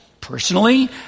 personally